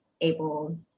able